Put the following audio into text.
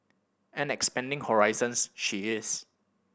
and expanding horizons she is